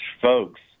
folks